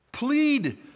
Plead